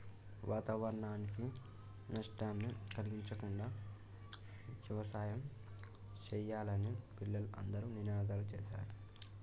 వాతావరణానికి నష్టాన్ని కలిగించకుండా యవసాయం సెయ్యాలని పిల్లలు అందరూ నినాదాలు సేశారు